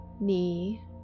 knee